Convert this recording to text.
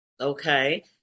Okay